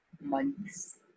months